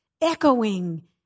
echoing